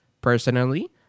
personally